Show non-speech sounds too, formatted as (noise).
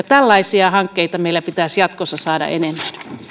(unintelligible) tällaisia hankkeita meillä pitäisi jatkossa saada enemmän